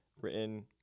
written